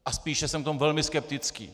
A spíše jsem v tom velmi skeptický.